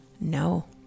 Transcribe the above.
No